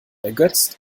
ergötzt